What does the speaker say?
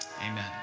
Amen